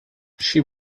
she